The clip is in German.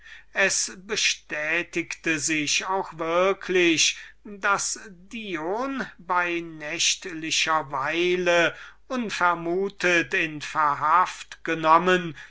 es bestätigte sich würklich daß dion in der nacht unvermutet in verhaft genommen